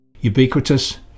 ubiquitous